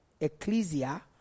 Ecclesia